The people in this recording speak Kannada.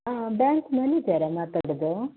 ಬ್ಯಾಂಕ್ ಮ್ಯಾನೇಜರಾ ಮಾತಾಡುವುದು